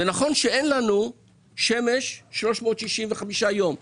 נכון שאין לנו שמש 365 יום בשנה,